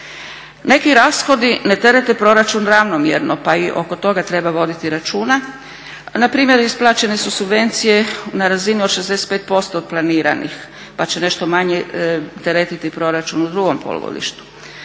Neki rashodi ne terete proračun ravnomjerno pa i oko toga treba voditi računa. Npr. isplaćene su subvencije na razini od 65% od planiranih pa će nešto manje teretiti proračun u drugom polugodištu.